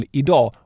idag